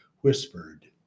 whispered